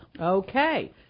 Okay